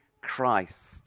Christ